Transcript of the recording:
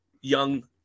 young